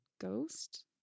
ghost